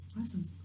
Awesome